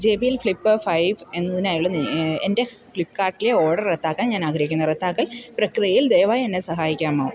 J B L flip five എന്നതിനായുള്ള എൻ്റെ ഫ്ലിപ്പ്കാർട്ട്ലെ ഓഡർ റദ്ധാക്കൻ ഞാൻ ആഗ്രഹിക്കുന്നു റദ്ധാക്കൽ പ്രക്രിയയിൽ ദയവായി എന്നെ സഹായിക്കാമോ